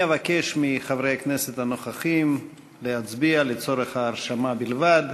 אני אבקש מחברי הכנסת הנוכחים להצביע לצורך ההרשמה בלבד,